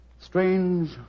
strange